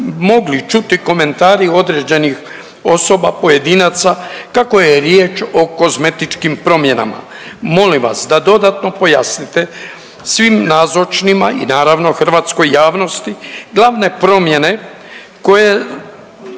mogli čuti komentari određenih osoba, pojedinaca kako je riječ o kozmetičkim promjenama. Molim vas da dodatno pojasnite svim nazočnima i naravno hrvatskoj javnosti glavne promjene koje